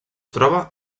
troba